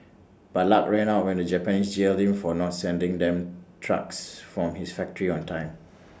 but luck ran out when the Japanese jailed him for not sending them trucks from his factory on time